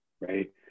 right